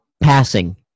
passing